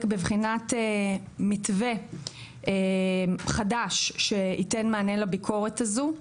בבחינת מתווה חדש שייתן מענה לביקורת הזו.